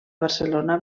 barcelona